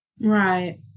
Right